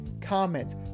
comments